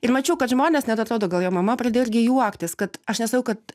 ir mačiau kad žmonės net atrodo gal jo mama pradėjo irgi juoktis kad aš nesakau kad